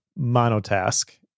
monotask